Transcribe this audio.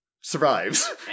survives